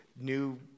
new